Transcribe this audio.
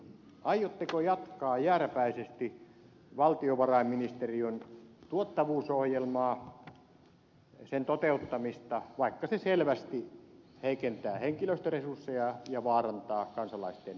aiotteko jatkaa jääräpäisesti valtiovarainministeriön tuottavuusohjelman toteuttamista vaikka se selvästi heikentää henkilöstöresursseja ja vaarantaa kansalaisten perusturvallisuuden